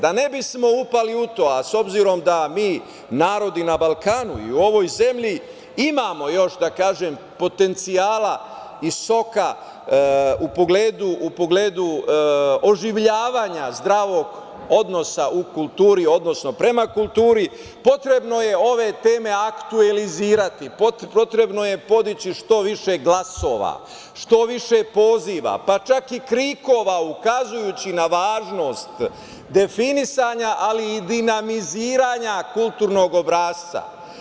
Da ne bismo upali u to, a s obzirom da mi, narodi na Balkanu i u ovoj zemlji imamo još, da kažem, potencijala i soka u pogledu oživljavanja zdravog odnosa u kulturi, odnosno, prema kulturi, potrebno je ove teme aktualizirati, potrebno je podići što više glasova, što više poziva, pa čak, i krikova ukazujući na važnost definisanja, ali i dinamizirinja kulturnog obrasca.